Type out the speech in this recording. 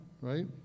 right